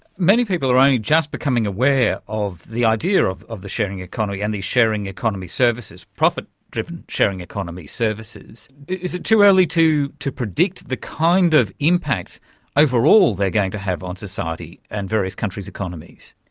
many people are only just becoming aware of the idea of of the sharing economy and the sharing economy services, profit-driven sharing economy services. is it too early to predict the kind of impact overall they are going to have on society and various countries' economies?